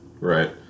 Right